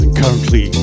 currently